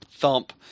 Thump